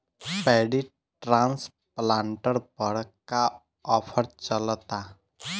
Paddy transplanter पर का offer चलता?